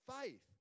faith